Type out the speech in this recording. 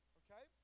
okay